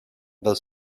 dels